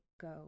go